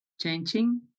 changing